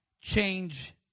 change